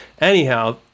Anyhow